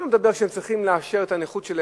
אני לא מדבר, שהם צריכים לאשר את הנכות שלהם,